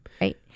right